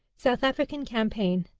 south african campaign.